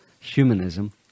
humanism